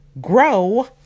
Grow